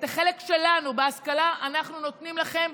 את החלק שלנו בהשכלה אנחנו נותנים לכם.